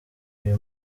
uyu